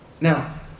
Now